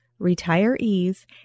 Retiree's